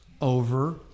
over